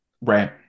Right